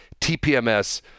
TPMS